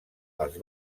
els